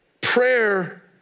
Prayer